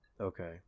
Okay